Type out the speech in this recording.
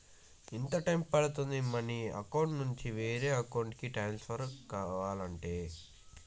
ఎంత టైం పడుతుంది money account నుంచి వేరే అకౌంట్ కి ట్రాన్స్ఫర్ కావటానికి?